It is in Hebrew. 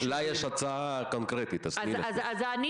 לה יש הצעה קונקרטית, אז תני לה.